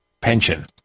pension